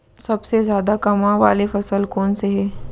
सबसे जादा कमाए वाले फसल कोन से हे?